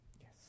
Yes